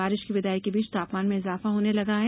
बारिश की विदाई के बीच तापमान में इजाफा होने लगा है